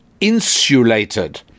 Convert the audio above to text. insulated